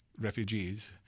refugees